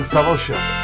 Fellowship